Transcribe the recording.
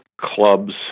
clubs